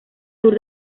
sur